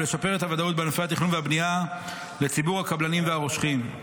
ולשפר את הוודאות בענפי התכנון והבנייה לציבור הקבלנים והרוכשים.